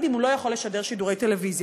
אם הוא לא יכול לשדר שידורי טלוויזיה.